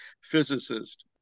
physicist